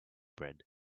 bread